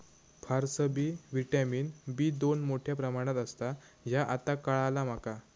फारसबी vitamin B दोन मोठ्या प्रमाणात असता ह्या आता काळाला माका